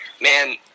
man